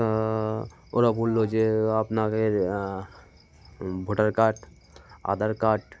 ওরা বললো যে আপনাদের ভোটার কার্ড আধার কার্ড